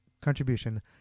contribution